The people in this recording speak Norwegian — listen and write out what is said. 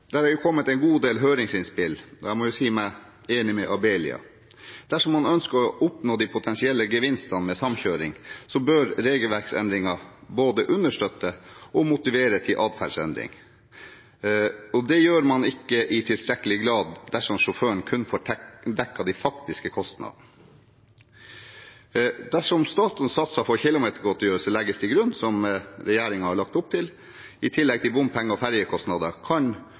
kommet en god del høringsinnspill, og jeg må si meg enig med Abelia i at dersom man ønsker å oppnå de potensielle gevinstene med samkjøring, bør regelverksendringer både understøtte og motivere til atferdsendring, og det gjør man ikke i tilstrekkelig grad dersom sjåføren kun får dekket de faktiske kostnadene. Dersom statens satser for kilometergodtgjørelse legges til grunn, som regjeringen har lagt opp til, i tillegg til bompenger og ferjekostnader, kan